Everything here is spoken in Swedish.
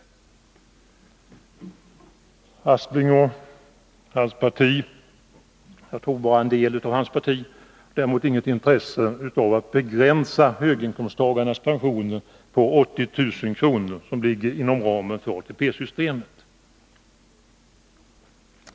Sven Aspling och hans parti — jag tror dock att det bara är en del av hans parti — har däremot inget intresse av att begränsa höginkomsttagarnas pensioner på 80 000 kr. som ligger inom ramen för ATP-systemet.